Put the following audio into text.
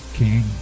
king